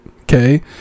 okay